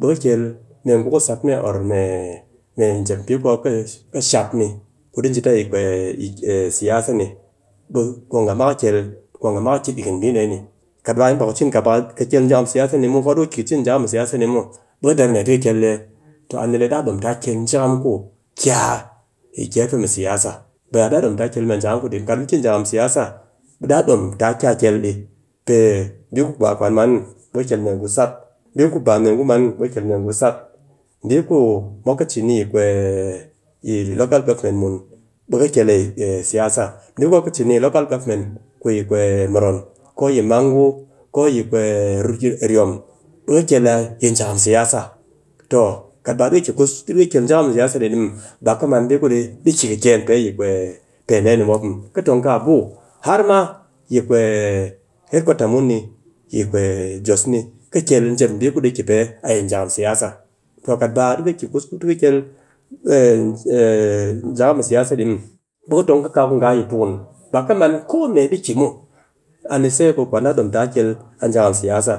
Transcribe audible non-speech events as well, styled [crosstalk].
Ɗi kɨ kel mee ngu kɨ sat mee or mee jep bii kuy mop ki shap ni, ku di ji ta yi siyasa ni, be kwa ngha kɨ ke ɓe kwa ngha ma ki kel, ɓe kwa ngha ma kɨ ki dikin bii deh ni, kat ba ngha kɨ cin, kat ba kɨ kel jakam siyasa. ni, di ki kɨ cin jakam siyasa ni muw, ɓe ka der a ne tɨ kɨ kel ɗi ye? A ni le daaɗom ta kel jakam ku ki a gefe mɨ siyasa. ba daa dom taa kel mee jakam ku dik, kat mu ki jakam siyasa be daa dom ti a kia kel ɗi. Pe bii ku ba kwan a man muw ɓe ka kel mee ngu sat, bii ku mee ngu man myw ɓe ka kel ngu sat. Bii ku mop kɨ cin ni [hesitation] yi local govment munbe ka ke [hesitation] siyasa. Ka ki yi local govment ku yi [hesitation] moron, ko yi mangu, ko yi [hesitation] riyom, be ka kel a yi jakam siyasa. To kat ba ɗika ki kus ti ki kel jakam mi siyya dee ni muw ba ki man bii ku di ki kiken pe yi [hesitation] pee dee ni mop muw, ki ton ka a buu, har ma yi [hesitation] headkwata mun ni yi [hesitation] jos ni. ka kel jep bii ku ɗi ki pe a yyi jakam siyasa. kat ba mu ki ku ti kel jakam mi. [hesitation] mi siyasa di muw, ɓe ka tong ka kaa ku ngha a yi tukun, ba kɨ man ko mee di ki muw. A ni se ɓe kwan daa ɗom taa kel jakam siyasa,